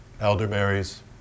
elderberries